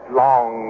long